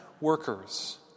workers